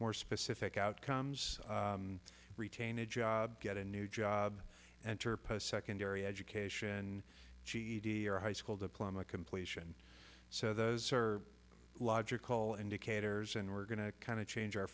more specific outcomes retain a job get a new job enter post secondary education ged or high school diploma completion so those are logical indicators and we're going to kind of change our